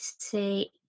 see